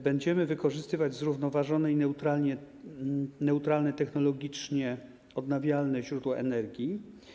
Będziemy wykorzystywać zrównoważone i neutralne technologicznie odnawialne źródła energii.